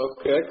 Okay